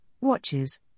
watches